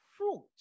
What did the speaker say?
fruit